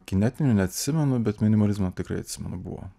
kinetinių neatsimenu bet minimalizmo tikrai atsimenu buvo